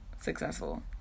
successful